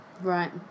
right